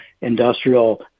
industrial